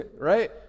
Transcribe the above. right